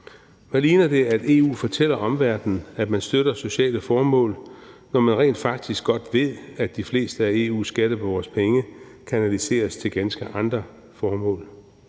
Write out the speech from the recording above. Hvad ligner det, at EU fortæller omverdenen, at man støtter sociale formål, når man rent faktisk godt ved, at de fleste af EU's skatteborgeres penge kanaliseres til ganske andre formål?